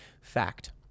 Fact